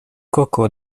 koko